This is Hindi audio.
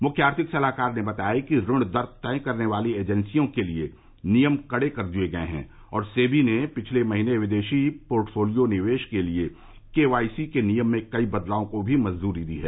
मुख्य आर्थिक सलाहकार ने बताया है कि ऋण दर तय करने वाली एजेंसियों के लिए नियम कड़े कर दिए गए हैं और सेवी ने पिछले महीने विदेशी पोर्टफोलियो निवेश के लिए के वाई सी के नियम में कई बदलावों को भी मंजूरी दी है